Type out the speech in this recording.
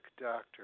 doctor